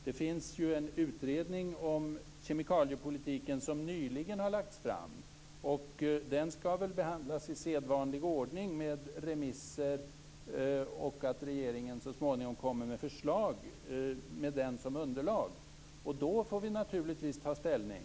Det finns ju en utredning om kemikaliepolitiken, som nyligen har lagts fram. Den skall väl behandlas i sedvanlig ordning med remisser, och regeringen skall väl så småningom komma med förslag med utredningen som underlag. Då får vi naturligtvis ta ställning.